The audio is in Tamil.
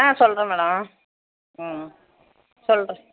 ஆ சொல்கிறேன் மேடம் ம் சொல்கிறேன்